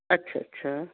ਅੱਛਾ ਅੱਛਾ